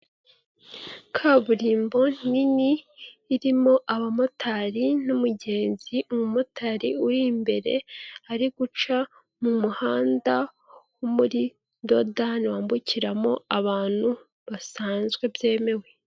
Kaburimbo nini irimo abamotari n'umugenzi, umumotari uri imbere ari guca mu muhanda wo muri dodani, wambukiramo abantu basanzwe, byemewe.